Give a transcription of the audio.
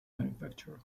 manufacturer